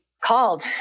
called